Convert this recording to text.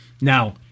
Now